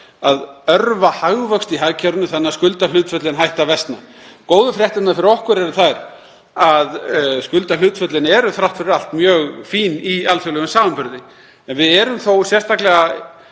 að örva hagvöxt í hagkerfinu þannig að skuldahlutföllin hætti að versna. Góðu fréttirnar fyrir okkur eru þær að skuldahlutföllin eru þrátt fyrir allt mjög fín í alþjóðlegum samanburði en við erum þó sérstaklega